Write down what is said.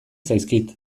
zaizkit